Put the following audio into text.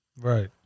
Right